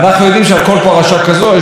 וכשאנחנו לומדים את הדברים האלה,